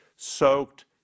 Soaked